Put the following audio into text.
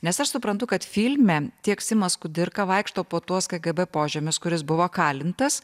nes aš suprantu kad filme tiek simas kudirka vaikšto po tuos kgb požemius kur jis buvo kalintas